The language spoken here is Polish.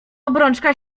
obrączka